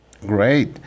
Great